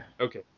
okay